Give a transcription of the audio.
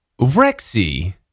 Rexy